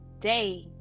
day